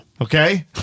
Okay